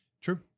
True